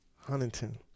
Huntington